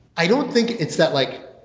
i don't think it's that like